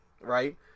right